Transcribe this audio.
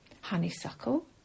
Honeysuckle